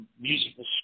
musical